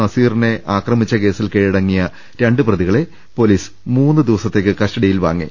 നസീറിനെ ആക്രമിച്ച കേസിൽ കീഴടങ്ങിയ രണ്ട് പ്രതികളെ പോലീസ് മൂന്നുദിവസത്തേക്ക് കസ്റ്റഡിയിൽവാങ്ങി